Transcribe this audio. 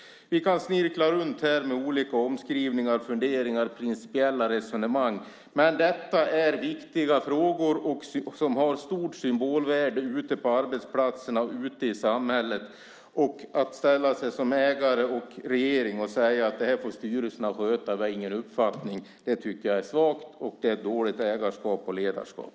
Vi kan snirkla runt här med olika omskrivningar, funderingar och principiella resonemang, men detta är viktiga frågor som har stort symbolvärde ute på arbetsplatserna och ute i samhället. Att ställa sig som ägare och regering och säga att det här får styrelserna sköta, vi har ingen uppfattning, tycker jag är svagt. Det är dåligt ägarskap och ledarskap.